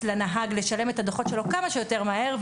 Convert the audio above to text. לנהג לשלם את הדוחות שלו כמה שיותר מהר,